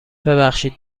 ببخشید